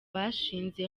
bashinze